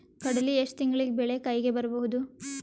ಕಡಲಿ ಎಷ್ಟು ತಿಂಗಳಿಗೆ ಬೆಳೆ ಕೈಗೆ ಬರಬಹುದು?